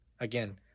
again